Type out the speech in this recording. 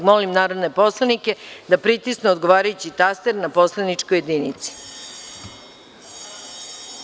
Molim narodne poslanike da pritisnu odgovarajući taster na poslaničkoj jedinici.